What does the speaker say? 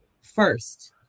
first